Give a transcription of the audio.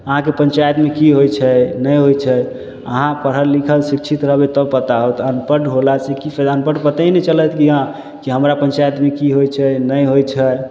अहाँके पञ्चाइतमे कि होइ छै नहि होइ छै अहाँ पढ़ल लिखल शिक्षित रहबै तब पता होत अनपढ़ होलासे कि पते नहि चलत कि अहाँ हमरा पञ्चाइतमे कि होइ छै नहि होइ छै